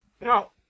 No